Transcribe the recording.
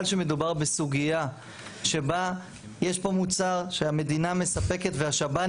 שמדובר בסוגיה שבה יש פה מוצר שהמדינה מספקת והשב"ן